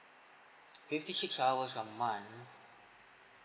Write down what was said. fifty six hours a month